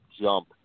jump